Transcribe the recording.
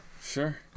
sure